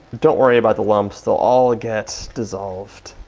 don't worry about the lumps they'll all get dissolved.